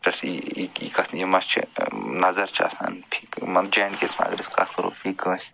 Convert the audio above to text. تٔتھٕے حقیٖقت یہِ ما چھِ نظر چھِ آسان مان جے اینٛڈ کے یس منٛز اگر أسۍ کتھ کَرو یہِ کٲنٛسہِ